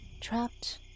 trapped